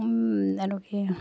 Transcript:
এইটো কি